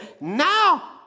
now